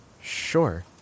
Sure